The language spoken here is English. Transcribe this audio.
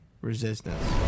resistance